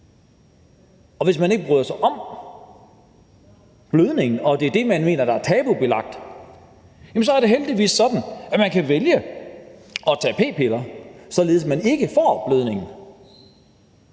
Hvis man ikke bryder sig om blødning og det er det, man mener er tabubelagt, er det heldigvis sådan, at man kan vælge at tage p-piller, således at man ikke får blødning.